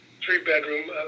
three-bedroom